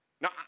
Now